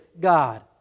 God